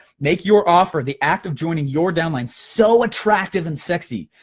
make your offer, the act of joining your downline, so attractive and sexy.